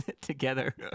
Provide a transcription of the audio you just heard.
together